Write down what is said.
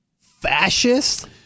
Fascist